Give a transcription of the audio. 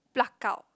pluck out